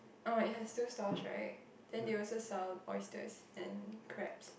oh it has two stalls right then they also sell oysters and crabs